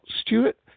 Stewart